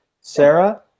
Sarah